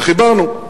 וחיברנו.